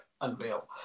unreal